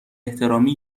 احترامی